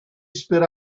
spit